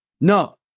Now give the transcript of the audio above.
No